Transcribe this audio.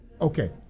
Okay